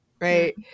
right